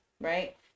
right